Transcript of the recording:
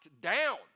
down